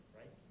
right